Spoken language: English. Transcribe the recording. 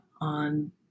on